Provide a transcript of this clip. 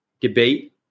debate